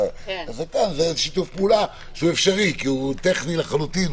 שכאן זה שיתוף פעולה אפשרי כי הוא טכני לחלוטין,